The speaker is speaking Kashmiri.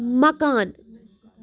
مکان